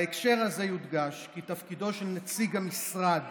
בהקשר הזה יודגש כי תפקידו של נציג המשרד